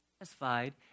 satisfied